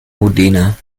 modena